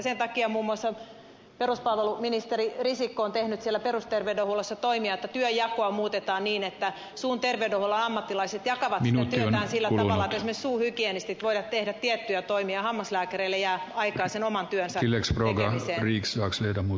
sen takia muun muassa peruspalveluministeri risikko on tehnyt perusterveydenhuollossa toimia että työnjakoa muutetaan niin että suun terveydenhuollon ammattilaiset jakavat sitä työtään sillä tavalla että esimerkiksi suuhygienistit voivat tehdä tiettyjä toimia ja hammaslääkäreille jää aikaa sen oman työnsä tekemiseen